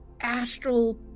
astral